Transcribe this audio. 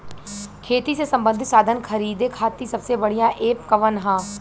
खेती से सबंधित साधन खरीदे खाती सबसे बढ़ियां एप कवन ह?